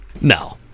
No